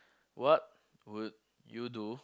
what would you do